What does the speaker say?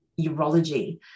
urology